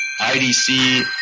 IDC